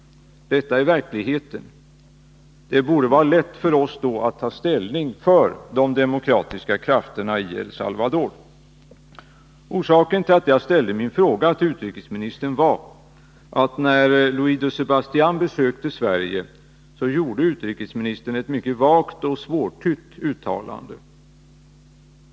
Detta är verkligheten. Det borde då vara lätt för oss här i Sverige att ta ställning för de demokratiska krafterna i El Salvador. Orsaken till att jag ställde min fråga till utrikesministern var att denne i samband med Louis de Sebastians besök i Sverige gjorde ett mycket vagt och svårtytt uttalande.